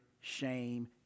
shame